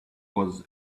was